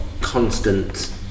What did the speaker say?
constant